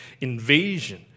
invasion